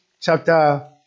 chapter